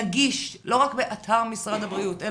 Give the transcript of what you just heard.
נגיש, לא רק באתר משרד הבריאות.